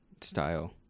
style